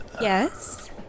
Yes